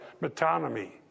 metonymy